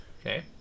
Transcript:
Okay